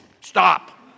stop